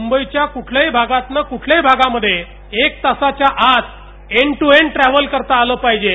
मुंबईच्या कुठल्याही भागातं कुठल्याही भागामध्ये एक तासाच्या आत एण्ड ट्र एण्ड ट्रॅव्हल करता आलं पाहिजे